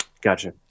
Gotcha